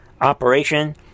operation